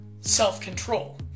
self-control